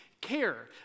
care